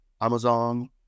Amazon